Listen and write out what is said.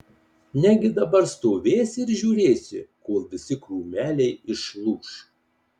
negi dabar stovėsi ir žiūrėsi kol visi krūmeliai išlūš